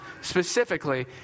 specifically